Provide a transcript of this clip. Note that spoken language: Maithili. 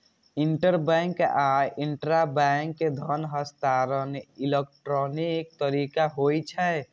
इंटरबैंक आ इंटराबैंक धन हस्तांतरण इलेक्ट्रॉनिक तरीका होइ छै